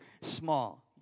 small